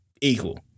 equal